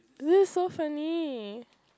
is it so funny